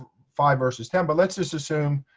five vs. ten. but let's just assume